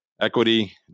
equity